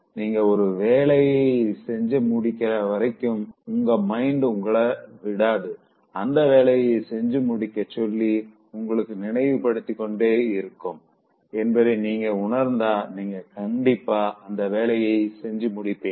நீங்க ஒரு வேலைய செஞ்சு முடிக்கிற வரைக்கும் உங்க மைண்ட் உங்கள விடாது அந்த வேலைய செஞ்சு முடிக்க சொல்லி உங்களுக்கு நினைவுபடுத்திக் கொண்டே இருக்கும் என்பத நீங்க உணர்ந்தா நீங்க கண்டிப்பா அந்த வேலைய செஞ்சு முடிப்பீங்க